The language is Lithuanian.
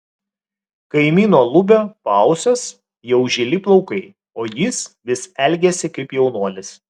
kaimyno lubio paausiuos jau žili plaukai o jis vis elgiasi kaip jaunuolis